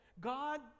God